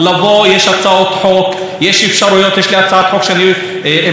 ואני עם החברים איל בן ראובן ואלי אלאלוף,